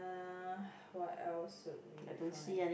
uh what else should we find